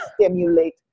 stimulate